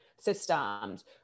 systems